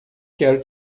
quero